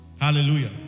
Hallelujah